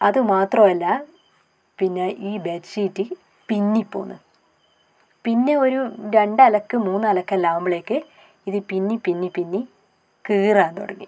അതുമാത്രമല്ല പിന്നെ ഈ ബെഡ്ഷീറ്റ് പിന്നി പോകുന്ന് പിന്നെ ഒരു രണ്ടലക്ക് മൂന്നലക്ക് എല്ലാം ആകുമ്പളേക്ക് ഇത് പിന്നി പിന്നി പിന്നി കീറാൻ തുടങ്ങി